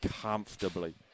comfortably